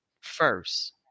first